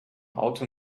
auto